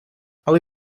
але